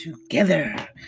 together